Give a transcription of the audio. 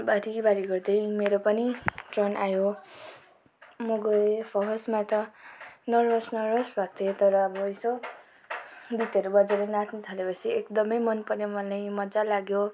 बारी बारी गर्दै मेरो पनि टर्न आयो म गएँ फर्स्टमा त नर्भस नर्भस भएको थिएँ तर अब यसो गीतहरू बजेर नाच्नु थालेपछि एकदमै मनपऱ्यो मलाई मजा लाग्यो